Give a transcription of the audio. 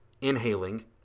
inhaling